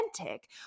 authentic